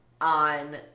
on